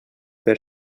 per